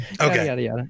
okay